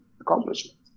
accomplishment